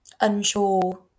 unsure